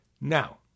Now